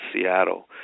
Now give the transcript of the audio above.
Seattle